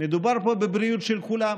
מדובר פה בבריאות של כולם.